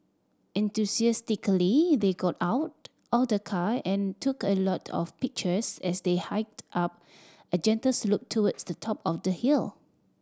enthusiastically they got out of the car and took a lot of pictures as they hiked up a gentle slope towards the top of the hill